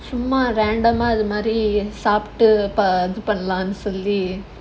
சும்மா:summa random ah இது மாதிரி சாப்பிட்டு இது பண்ணலாம்னு சொல்லி:idhu maadhiri saaptu idhu pannalaamnu solli